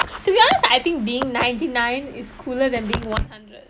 to be honest I think being ninety nine is cooler than being one hundred